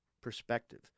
perspective